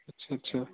अच्छा अच्छा